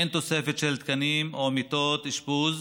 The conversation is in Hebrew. אין תוספת של תקנים או מיטות אשפוז,